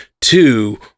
two